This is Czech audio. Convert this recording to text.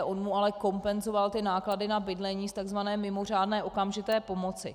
On mu ale kompenzoval náklady na bydlení z takzvané mimořádné okamžité pomoci.